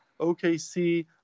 OKC